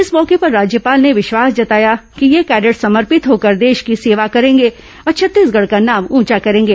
इस मौके पर राज्यपाल ने विश्वास जताया कि ये कैडेट्स समर्पित होकर देश की सेवा करेंगे और छत्तीसगढ़ का नाम ऊंचा करेंगे